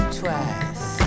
twice